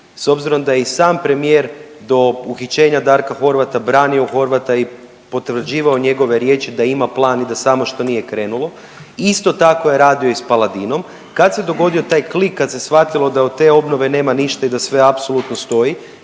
s obzirom da je i sam premijer do uhićenja Darka Horvata branio Horvata i potvrđivao njegove riječi da ima plan i da samo što nije krenulo. Isto tako je radio i s Paladinom, kad se dogodio taj klik kad se shvatilo da od te obnove nema ništa i da sve apsolutno stoji?